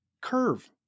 curve